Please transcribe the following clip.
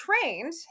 Trained